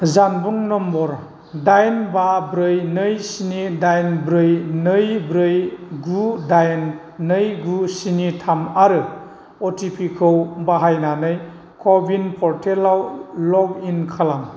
जानबुं नम्बर डाइन बा ब्रै नै स्नि डाइन ब्रै नै ब्रै गु डाइन नै गु स्नि थाम आरो अ टि पि खौ बाहायनानै क'विन पर्टेलाव लग इन खालाम